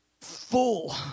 full